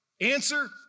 Answer